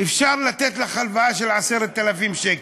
אפשר לתת לך הלוואה של 10,000 שקל.